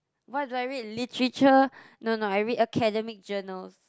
what do I read literature no no I read academic journal